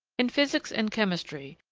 in physics and chemistry,